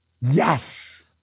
Yes